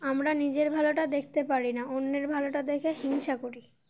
আমরা নিজের ভালোটা দেখতে পারি না অন্যের ভালোটা দেখে হিংসা করি